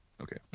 Okay